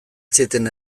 zieten